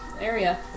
area